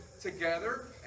together